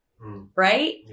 right